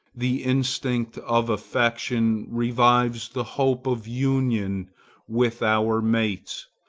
the instinct of affection revives the hope of union with our mates,